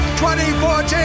2014